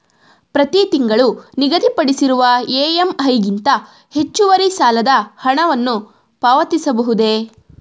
ಪ್ರತಿ ತಿಂಗಳು ನಿಗದಿಪಡಿಸಿರುವ ಇ.ಎಂ.ಐ ಗಿಂತ ಹೆಚ್ಚುವರಿ ಸಾಲದ ಹಣವನ್ನು ಪಾವತಿಸಬಹುದೇ?